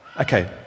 okay